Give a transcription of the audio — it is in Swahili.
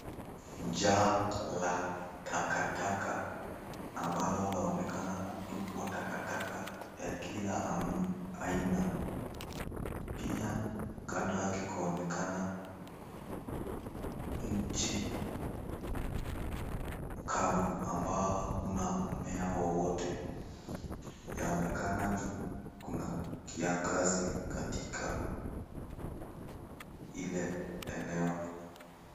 Jaa la takataka ambalo laonekana kutupwa takataka ya kila aina, pia kando yake kuonekana mti mkavu ambao hakuna mmea wowote yanaonekana kuna kiangazi katika ile eneo.